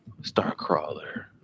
Starcrawler